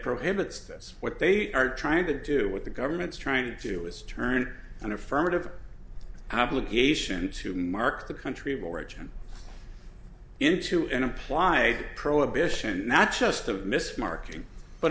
prohibits this what they are trying to do what the government's trying to do is turn an affirmative obligation to mark the country of origin into an implied prohibition not just the mis marking but